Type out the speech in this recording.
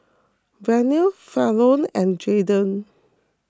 Vernal Falon and Jadiel